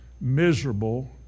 miserable